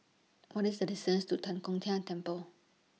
What IS The distance to Tan Kong Tian Temple